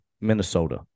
Minnesota